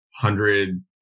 Hundred